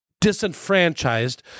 disenfranchised